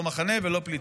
לא מחנה ולא פליטים.